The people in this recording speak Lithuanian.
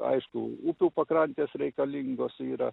aišku upių pakrantės reikalingos yra